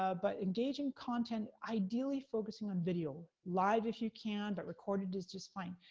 ah but engaging content, ideally focusing on video, live if you can, but recorded is just fine.